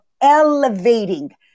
elevating